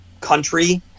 country